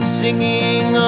singing